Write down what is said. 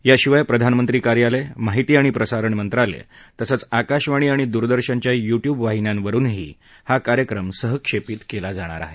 याशिवाय प्रधानमंत्री कार्यालय माहिती आणि प्रसारण मंत्रालय तसंच आकाशवाणी आणि दूरदर्शनच्या युट्युब वाहिन्यांवरून हा कार्यक्रम सहक्षेपित केला जाणार आहे